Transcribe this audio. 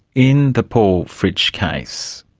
in the paul fritsch case,